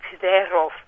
thereof